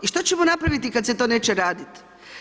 I što ćemo napraviti kada se to neće raditi.